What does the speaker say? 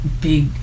big